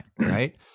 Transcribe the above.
Right